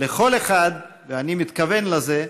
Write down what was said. לכל אחד, ואני מתכוון לזה,